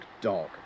dog